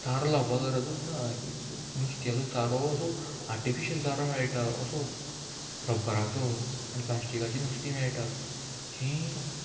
चारो लावपा गरजूच ना नुस्त्याचो चारो असो आर्टिफिशल चारो मेळटा असो रब्बराचो आनी प्लास्टिकाची नुस्तीं मेळटा जीं